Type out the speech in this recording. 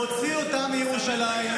להוציא אותם מירושלים.